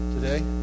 today